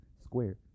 square